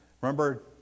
remember